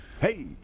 hey